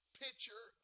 picture